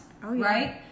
Right